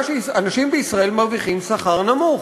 שאנשים בישראל מרוויחים שכר נמוך.